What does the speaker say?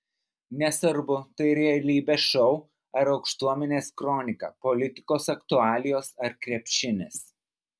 nesvarbu tai realybės šou ar aukštuomenės kronika politikos aktualijos ar krepšinis